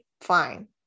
fine